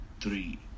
three